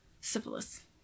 Syphilis